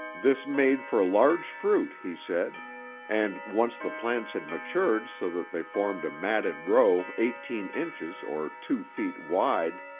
this made for large fruit, he said and, once the plants had matured so that they formed a matted row eighteen inches or two feet wide,